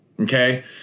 okay